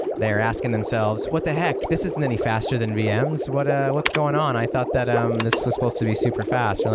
they're asking themselves, what the heck? this isn't any faster than vms. what ah what's going on? i thought that um this was supposed to be superfast?